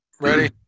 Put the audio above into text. Ready